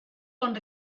con